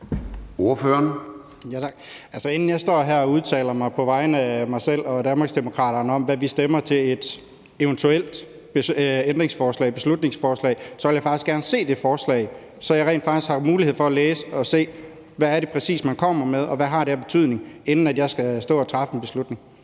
inden jeg står her og udtaler mig på vegne af mig selv og Danmarksdemokraterne om, hvad vi stemmer til et eventuelt ændringsforslag eller beslutningsforslag, vil jeg faktisk gerne se det forslag, så jeg rent faktisk har mulighed for at læse og se, hvad det er, man præcis kommer med, og hvad det har af betydning. Det vil jeg gerne, inden jeg skal stå og træffe en beslutning.